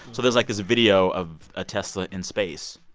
so there's, like, this video of a tesla in space.